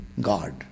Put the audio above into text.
God